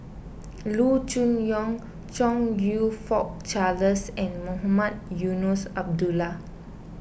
Loo Choon Yong Chong You Fook Charles and Mohamed Eunos Abdullah